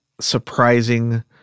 surprising